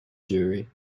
jury